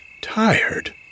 Tired